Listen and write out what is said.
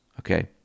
okay